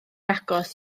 agos